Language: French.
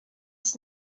six